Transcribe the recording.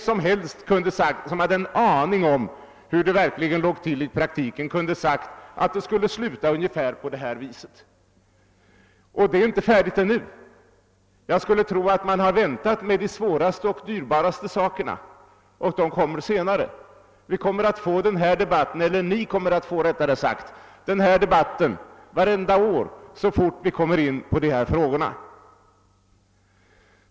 Vem som helst som hade en aning om hur det låg till i praktiken kunde ha sagt att det skulle bli ungefär som det har blivit. Och det är inte färdigt ännu. Jag tror att man har väntat med de svåraste och dyrbaraste ersättningsärendena, och vi, eller rättare sagt ni, kommer att få den här debatten varenda år så snart ni kommer in på dessa fiskerättsfrågor.